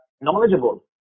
knowledgeable